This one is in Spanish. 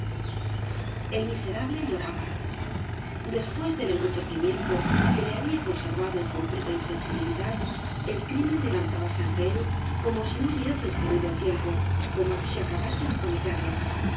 el miserable lloraba después del embrutecimiento que le había conservado en completa insensibilidad el crimen levantábase ante él como si no hubiera transcurrido el tiempo como si acabase de cometerlo